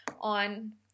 on